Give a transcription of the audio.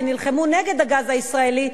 שנלחמו נגד הגז הישראלי,